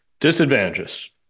Disadvantages